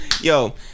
yo